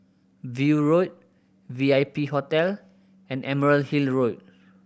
View Road V I P Hotel and Emerald Hill Road